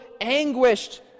anguished